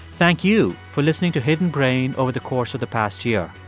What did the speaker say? thank you for listening to hidden brain over the course of the past year.